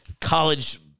College